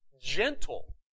gentle